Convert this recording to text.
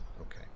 Okay